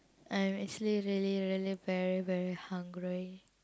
I'm actually really really very very hungry